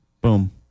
Boom